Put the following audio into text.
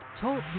Talk